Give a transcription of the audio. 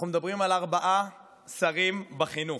אנחנו מדברים על ארבעה שרים בחינוך.